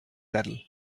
saddle